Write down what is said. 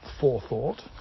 forethought